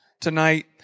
tonight